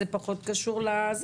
זה פחות קשור.